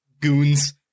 goons